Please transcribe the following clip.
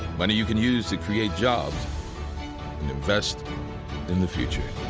money you can use to create jobs and invest in the future.